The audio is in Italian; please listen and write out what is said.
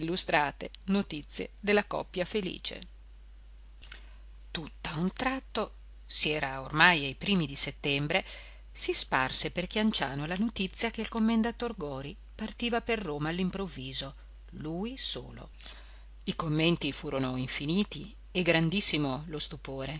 illustrate notizie della coppia felice tutt'a un tratto si era ormai ai primi di settembre si sparse per chianciano la notizia che il commendator gori partiva per roma all'improvviso lui solo i commenti furono infiniti e grandissimo lo stupore